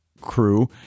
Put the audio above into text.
crew